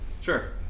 Sure